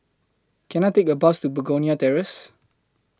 Can I Take A Bus to Begonia Terrace